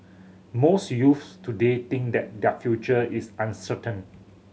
most youths today think that their future is uncertain